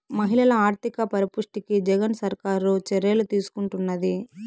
మహిళల ఆర్థిక పరిపుష్టికి జగన్ సర్కారు చర్యలు తీసుకుంటున్నది